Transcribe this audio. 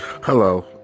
Hello